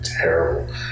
terrible